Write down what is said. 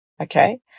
Okay